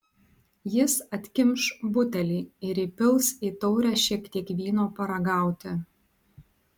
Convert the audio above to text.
jis atkimš butelį ir įpils į taurę šiek tiek vyno paragauti